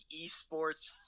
esports